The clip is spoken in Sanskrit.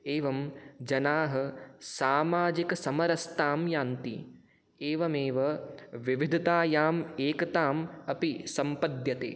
एवं जनाः सामाजिकसमरसतां यान्ति एवमेव विविधतायाम् एकता अपि सम्पद्यते